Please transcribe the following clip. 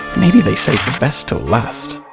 maybe they say the best til last!